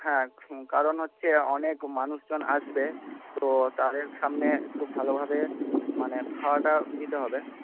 হ্যাঁ কারণ হচ্ছে অনেক মানুষজন আসবে তো তাদের সামনে একটু ভালোভাবে মানে খাওয়াটা দিতে হবে